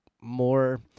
more